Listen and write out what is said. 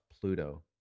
Pluto